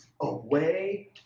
away